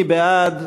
מי בעד?